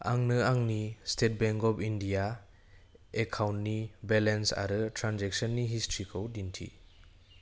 आंनो आंनि State Bank of India एकाउन्टनि बेलेन्स आरो ट्रेनजेक्स'ननि हिस्ट'रिखौ दिन्थि